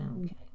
Okay